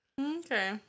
Okay